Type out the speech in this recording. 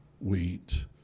wheat